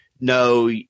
no